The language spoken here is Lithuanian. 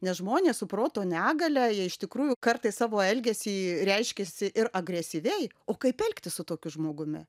nes žmonės su proto negalia jie iš tikrųjų kartais savo elgesį reiškiasi ir agresyviai o kaip elgtis su tokiu žmogumi